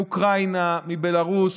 מאוקראינה ומבלרוס.